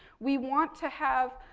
we want to have